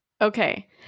Okay